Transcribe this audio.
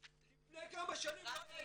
לפני כמה שנים לא היה יק"ר,